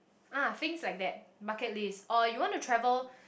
ah things like that bucket list or you want to travel